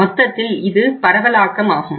மொத்தத்தில் இது பரவலாக்கம் ஆகும்